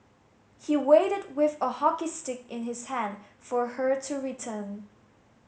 he waited with a hockey stick in his hand for her to return